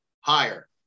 higher